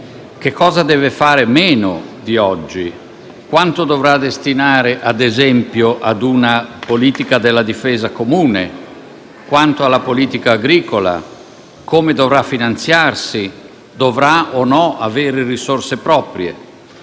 Che cosa deve fare meno di oggi? Quanto dovrà destinare, ad esempio, a una politica della difesa comune? Quanto alla politica agricola? Come dovrà finanziarsi? Dovrà o no avere risorse proprie?